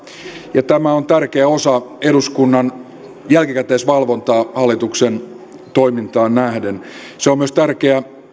ja tämä on tärkeä osa eduskunnan jälkikäteisvalvontaa hallituksen toimintaan nähden se on myös tärkeä